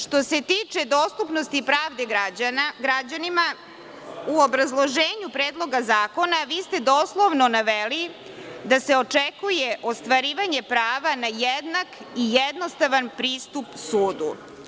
Što se tiče dostupnosti pravde građanima, u obrazloženju Predloga zakona vi ste doslovno naveli da se očekuje ostvarivanje prava na jednak i jednostavan pristup sudu.